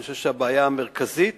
אני חושב שהבעיה המרכזית